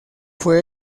fue